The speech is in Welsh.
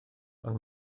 ond